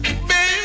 Baby